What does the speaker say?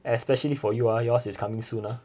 especially for you ah yours is coming soon ah